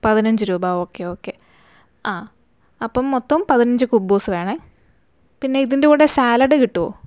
പതിനഞ്ച് രൂപ okay okay ആ അപ്പോൾ മൊത്തം പതിനഞ്ച് കുബ്ബൂസ് വേണം പിന്നെ ഇതിന്റെ കൂടെ സാലഡ് കിട്ടുമോ